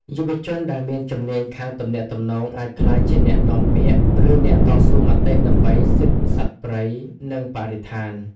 យុវជនដែលមានជំនាញខាងទំនាក់ទំនង អាចក្លាយជាអ្នកនាំពាក្យ ឬអ្នកតស៊ូមតិដើម្បីសិទ្ធិសត្វព្រៃ និងបរិស្ថាន។